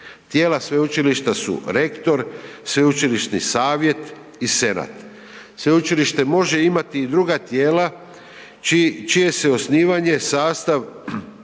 Tijela sveučilišta su rektor, sveučilišni savjet i senat. Sveučilište može imati i druga tijela čije se osnivanje, sastav